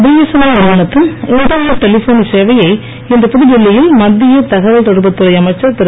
BSNL நிறுவனத்தின் internet telephony சேவையை இன்று புதுடெல்லியில் மத்திய தகவல் தொடர்புத்துறை அமைச்சர் திரு